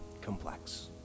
complex